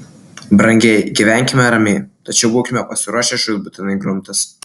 brangieji gyvenkime ramiai tačiau būkime pasiruošę žūtbūtinai grumtis